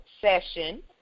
Session